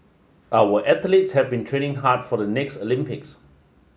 our athletes have been training hard for the next Olympics